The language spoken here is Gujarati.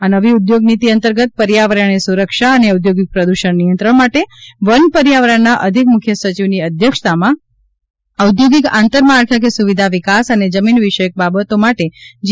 આ નવી ઊઘોગ નીતિ અંતર્ગત પર્યાવરણીય સુરક્ષા અને ઔઘોગિક પ્રદ્રષણ નિયંત્રણ માટે વન પર્યાવરણના અધિક મુખ્ય સચિવની અધ્યક્ષતામાં ઔદ્યોગિક આંતરમાળખાકીય સુવિધા વિકાસ અને જમીન વિષયક બાબતો માટે જી